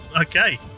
okay